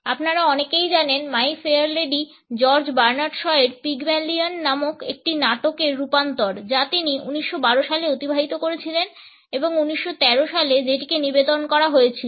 আপনারা অনেকেই জানেন যে my fair lady George Bernard Shaw এর পিগম্যালিয়ন নামক একটি নাটকের রূপান্তর যা তিনি 1912 সালে অতিবাহিত করেছিলেন এবং 1913 সালে যেটিকে নিবেদন করা হয়েছিল